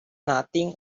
nothing